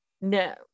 No